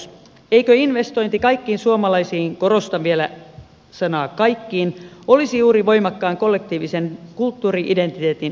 eikö investointi kaikkiin suomalaisiin korostan vielä sanaa kaikkiin olisi juuri voimakkaan kollektiivisen kulttuuri identiteetin edistämistä